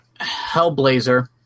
Hellblazer